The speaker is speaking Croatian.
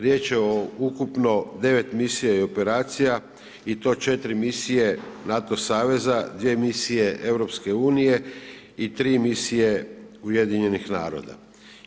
Riječ je o ukupno 9 misija i operacija i to 4 misije NATO saveza, 2 misije EU i 3 misije UN-a.